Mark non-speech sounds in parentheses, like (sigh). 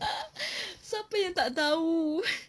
(laughs) siapa yang tak tahu